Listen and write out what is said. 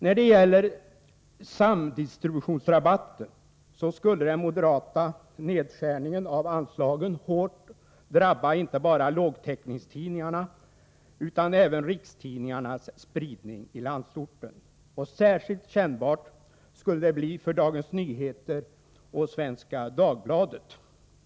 Vad beträffar samdistributionsrabatten skulle den moderata nedskärningen av anslagen hårt drabba inte bara lågtäckningstidningarna utan även rikstidningarnas spridning i landsorten. Särskilt kännbart skulle det bli för Dagens Nyheter och Svenska Dagbladet.